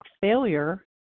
failure